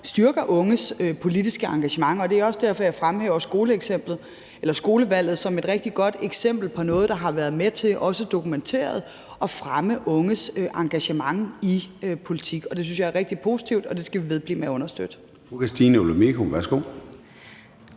styrker unges politiske engagement, og det er derfor, jeg fremhæver skolevalget som et rigtig godt eksempel på noget, der har været med til, også dokumenteret, at fremme unges engagement i politik. Det synes jeg er rigtig positivt, og det skal vi vedblive med at understøtte.